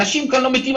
אנשים כאן לא מתים.